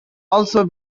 also